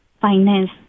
finance